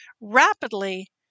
rapidly